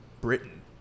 Britain